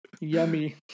Yummy